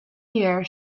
year